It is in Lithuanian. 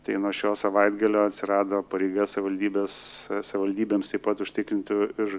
tai nuo šio savaitgalio atsirado pareiga savivaldybės savivaldybėms taip pat užtikrinti ir